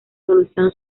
solución